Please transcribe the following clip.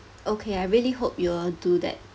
okay I really hope you'll do that